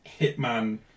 hitman